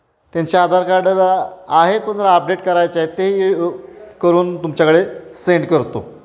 त्यांचे आधार कार्ड जरा आहेत पण जरा अपडेट करायचे आहेत ते ये करून तुमच्याकडे सेंड करतो